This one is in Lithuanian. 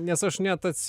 nes aš net